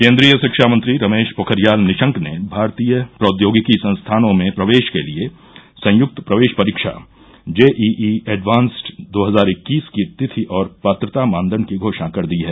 केन्द्रीय शिक्षा मंत्री रमेश पोखरियाल निशंक ने भारतीय प्रौद्योगिकी संस्थानों में प्रवेश के लिए संयुक्त प्रवेश परीक्षा जेईई एडवांस्ड दो हजार इक्कीस की तिथि और पात्रता मानदंड की घोषणा कर दी है